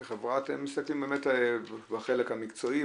כחברה אתם מסתכלים בחלק המקצועי,